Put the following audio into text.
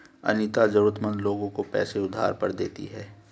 अनीता जरूरतमंद लोगों को पैसे उधार पर देती है